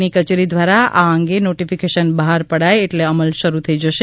ની કચેરી દ્વારા આ અંગે નોટિફિકેશન બહાર પડાય એટ્લે અમલ શરૂ થઈ જશે